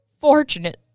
fortunate